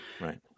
right